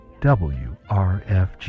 WRFG